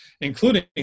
including